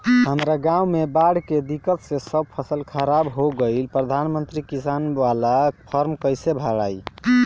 हमरा गांव मे बॉढ़ के दिक्कत से सब फसल खराब हो गईल प्रधानमंत्री किसान बाला फर्म कैसे भड़ाई?